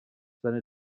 seine